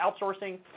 outsourcing